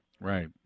Right